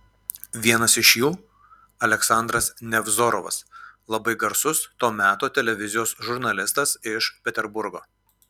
vienas iš jų aleksandras nevzorovas labai garsus to meto televizijos žurnalistas iš peterburgo